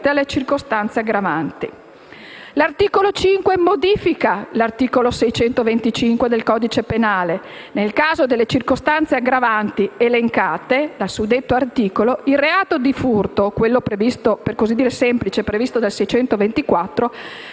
alle circostanze aggravanti. L'articolo 5 modifica l'articolo 625 del codice penale. Nel caso delle circostanze aggravanti elencate dal suddetto articolo, il reato di furto - quello per così dire